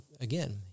again